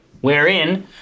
wherein